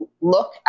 look